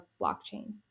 blockchain